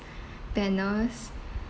banners